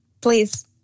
Please